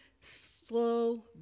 slow